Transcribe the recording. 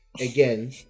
again